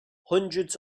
hundreds